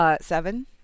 Seven